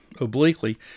obliquely